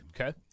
Okay